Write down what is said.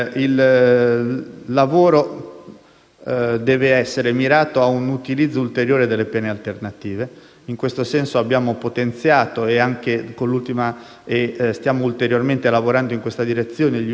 deve essere mirato a un utilizzo ulteriore delle pene alternative. In questo senso abbiamo potenziato - e stiamo ulteriormente lavorando in questa direzione - gli uffici di esecuzione penale esterna,